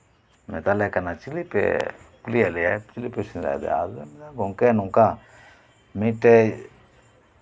ᱢᱮᱛᱟᱞᱮ ᱠᱟᱱᱟᱭ ᱪᱤᱞᱤᱯᱮ ᱠᱩᱞᱤᱭᱮᱜ ᱞᱮᱭᱟᱭ ᱥᱮᱸᱫᱽᱨᱟᱭᱮ ᱠᱟᱱᱟ ᱟᱫᱚᱞᱮ ᱢᱮᱱᱫᱟ ᱜᱚᱢᱠᱮ ᱱᱚᱝᱠᱟ ᱢᱤᱫᱴᱮᱡ